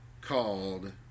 called